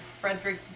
Frederick